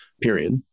Period